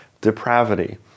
depravity